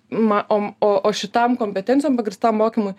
ma om o o šitam kompetencijom pagrįstam mokymui